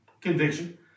conviction